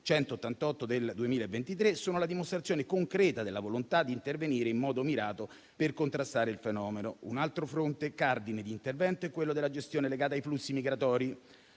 188 del 2023), sono la dimostrazione concreta della volontà di intervenire in modo mirato per contrastare il fenomeno. Un altro fronte cardine di intervento è quello della gestione legata ai flussi migratori.